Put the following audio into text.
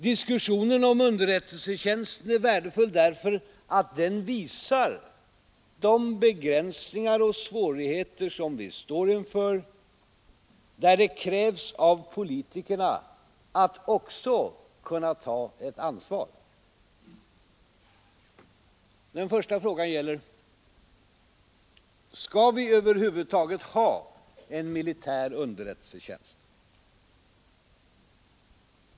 Diskussionen om underrättelsetjänsten är värdefull därför att den visar de begränsningar och svårigheter som vi står inför, där det krävs av politikerna att också kunna ta ett ansvar. Den första frågan gäller: Skall vi över huvud taget ha en militär underrättelsetjänst?